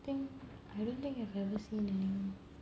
think I don't think I've ever seen anyone